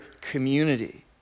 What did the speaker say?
community